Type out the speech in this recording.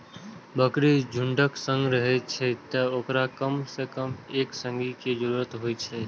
बकरी झुंडक संग रहै छै, तें ओकरा कम सं कम एक संगी के जरूरत होइ छै